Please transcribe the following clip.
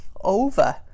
over